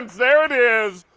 there it is.